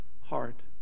heart